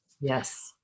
Yes